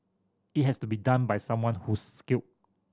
it has to be done by someone who's skilled